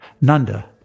Nanda